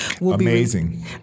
Amazing